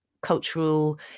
cultural